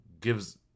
gives